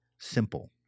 simple